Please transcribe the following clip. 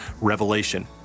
Revelation